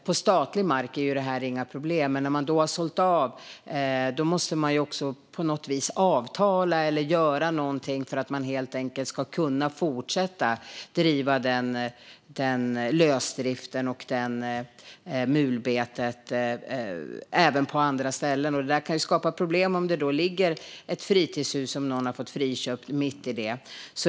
På statlig mark är detta inget problem, men om marken har sålts av måste man avtala eller göra något för att kunna fortsätta driva den lösdriften och det mulbetet även på andra ställen. Detta kan skapa problem om det ligger ett friköpt fritidshus mitt i det.